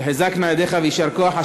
תחזקנה ידיך ויישר כוח.